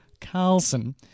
Carlson